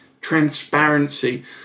transparency